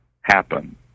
happen